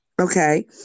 Okay